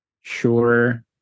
sure